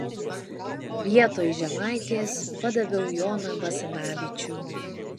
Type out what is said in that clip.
vietoj žemaitės padaviau joną basanavičių